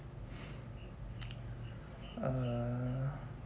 uh